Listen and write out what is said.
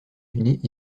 unis